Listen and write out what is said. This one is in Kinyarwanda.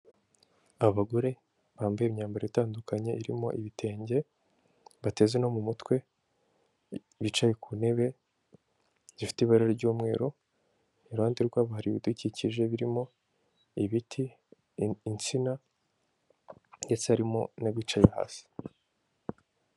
Abagore bambaye imyambaro itandukanye irimo ibitenge, bateze no mu mutwe, bicaye ku ntebe zifite ibara ry'umweru, iruhande rwabo hari ibidukikije birimo ibiti, insina ndetse harimo n'abicaye hasi.